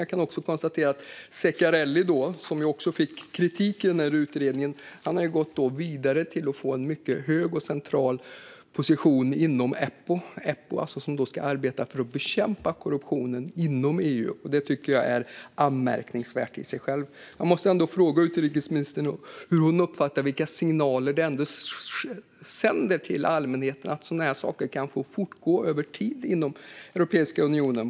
Jag kan också konstatera att Ceccarelli, som också fick kritik i utredningen, har gått vidare till att få en mycket hög och central position inom Eppo, som alltså ska arbeta för att bekämpa korruptionen inom EU. Det tycker jag är anmärkningsvärt i sig självt. Jag måste ändå fråga utrikesministern vilka signaler hon uppfattar att det sänder till allmänheten när sådana här saker kan få fortgå över tid inom Europeiska unionen.